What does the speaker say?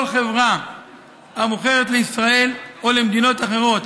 כל חברה המוכרת לישראל או למדינות אחרות